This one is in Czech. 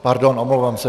Pardon, omlouvám se.